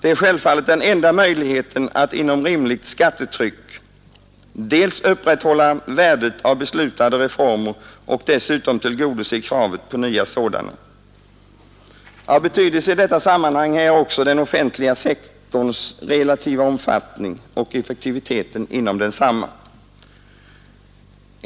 Det är självfallet den enda möjligheten att inom ett rimligt skattetryck dels upprätthålla värdet av beslutade reformer, dels tillgodose kravet på nya sådana. Av betydelse i detta sammanhang är också den offentliga sektorns relativa omfattning och effektiviteten inom densamma.